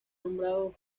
nombrado